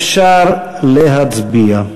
אפשר להצביע.